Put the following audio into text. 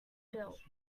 built